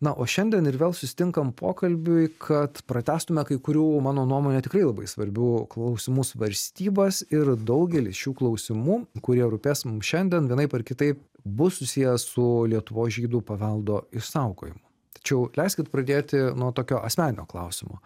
na o šiandien ir vėl susitinkam pokalbiui kad pratęstume kai kurių mano nuomone tikrai labai svarbių klausimų svarstybas ir daugelis šių klausimų kurie rūpės mum šiandien vienaip ar kitaip bus susiję su lietuvos žydų paveldo išsaugojimu tačiau leiskit pradėti nuo tokio asmeninio klausimo